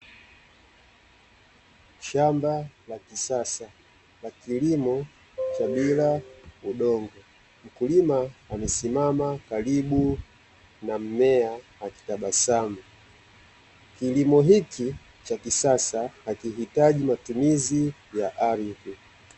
Shamba la kisasa la kilimo cha bila udongo, mkulima amesimama karibu na mmea akitabasamu. Kilimo hiki cha kisasa hakihitaji matumizi ya ardhi.